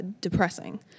depressing